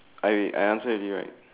I I answer every right